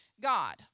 God